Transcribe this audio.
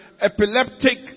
epileptic